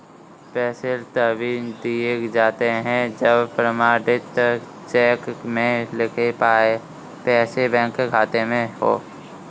पैसे तभी दिए जाते है जब प्रमाणित चेक में लिखे पैसे बैंक खाते में हो